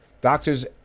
Doctors